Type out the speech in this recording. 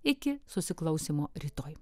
iki susiklausymo rytoj